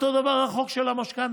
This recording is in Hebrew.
אותו דבר גם החוק של המשכנתה.